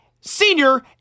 senior